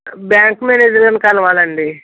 bank manager గారిని కలవాలండి